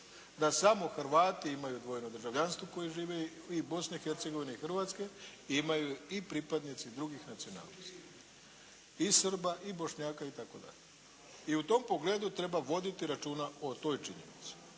da smo Hrvati imaju dvojno državljanstvo koji žive, i Bosne i Hercegovine i Hrvatske, imaju i pripadnici drugih nacionalnosti, i Srba, i Bošnjaka itd. I u tom pogledu treba voditi računa o toj činjenici.